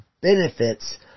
benefits